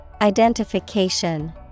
Identification